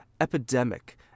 epidemic